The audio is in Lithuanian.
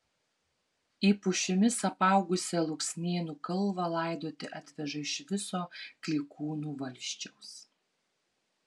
į pušimis apaugusią luksnėnų kalvą laidoti atveža iš viso klykūnų valsčiaus